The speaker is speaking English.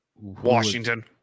Washington